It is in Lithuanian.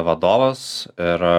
vadovas ir